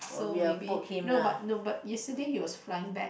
so maybe no but no but yesterday he was flying back